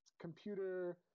computer